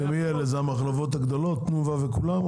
מי המחלבות הגדולות, תנובה וכולם?